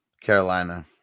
Carolina